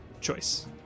choice